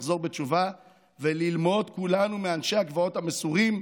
לחזור בתשובה וללמוד כולנו מאנשי הגבעות המסורים,